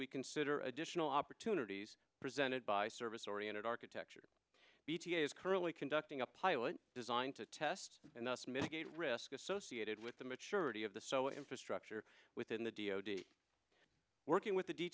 we consider additional opportunities presented by service oriented architecture bt is currently conducting a pilot design to test and thus mitigate risk associated with the maturity of the so infrastructure within the d o d working with the d